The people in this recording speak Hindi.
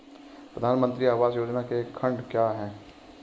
प्रधानमंत्री आवास योजना के खंड क्या हैं?